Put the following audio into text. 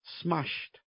smashed